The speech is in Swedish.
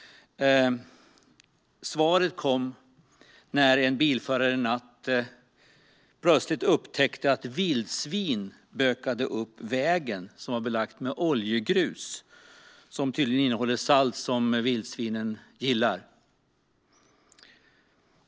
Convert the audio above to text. Svaret kom när en bilförare en natt plötsligt upptäckte att ett vildsvin bökade upp vägen som var belagd med oljegrus, som tydligen innehåller salt som vildsvinen gillar.